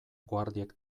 guardiek